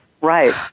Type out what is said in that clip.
Right